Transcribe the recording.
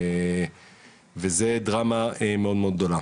וזו דרמה מאוד גדולה.